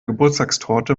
geburtstagstorte